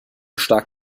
stark